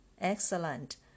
Excellent